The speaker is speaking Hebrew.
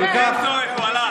הוא הלך.